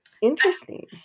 Interesting